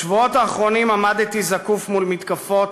בשבועות האחרונים עמדתי זקוף מול מתקפות